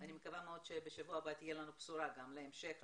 אני מקווה מאוד שבשבוע הבא תהיה לנו בשורה להמשך הפרויקט.